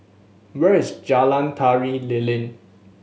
where is Jalan Tari Lilin